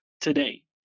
today